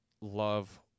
love